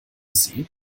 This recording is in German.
see